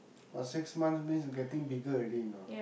got six months means getting bigger already you know